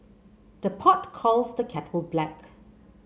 the pot calls the kettle black